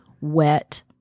wet